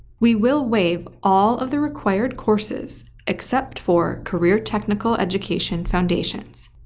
we will waive all of the required courses except for career technical education foundations,